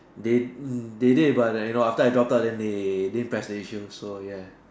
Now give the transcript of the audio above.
they mm they did but I you know after I drop out then they didn't press the issue so ya